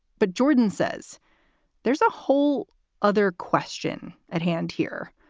but jordan says there's a whole other question at hand here,